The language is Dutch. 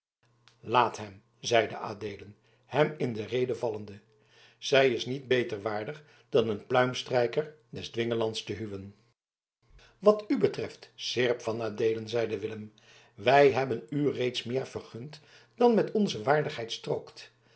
laat hem zeide adeelen hem in de rede vallende zij is niet beter waardig dan een pluimstrijkster des dwingelands te huwen wat u betreft seerp van adeelen zeide willem wij hebben u reeds meer vergund dan met onze waardigheid strookt